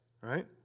Right